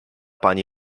pani